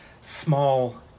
small